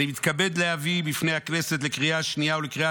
אני מתכבד להביא בפני הכנסת לקריאה השנייה ולקריאה